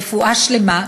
"רפואה שלמה",